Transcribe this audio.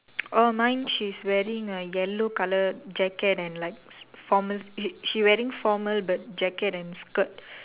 orh mine she's wearing a yellow colour jacket and like formal she wearing formal but jacket and skirt